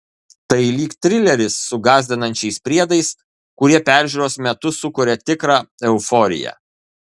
tai lyg trileris su gąsdinančiais priedais kurie peržiūros metu sukuria tikrą euforiją